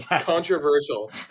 controversial